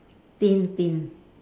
thin thin